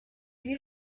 you